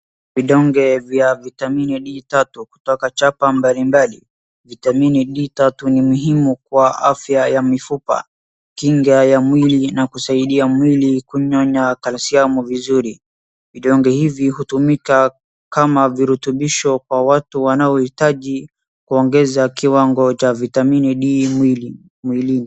Vidonge vya vitamini D tatu kutoka chapa mbalimbali. Vitamini D tatu ni muhimu kwa afya ya mifupa, kinga ya mwili na kusaidia mwili kunyonya calcium vizuri. Vidonge hivi hutumika kama virutubisho kwa watu wanaohitaji kuongeza kiwango cha vitamini D mwili mwilini.